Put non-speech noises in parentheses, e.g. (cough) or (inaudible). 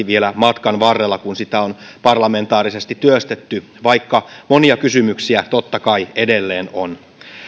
(unintelligible) vielä matkan varrella kun sitä on parlamentaarisesti työstetty vaikka monia kysymyksiä totta kai edelleen on